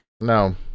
No